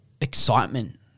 excitement